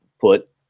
put